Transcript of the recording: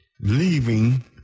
leaving